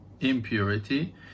impurity